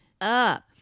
up